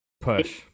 push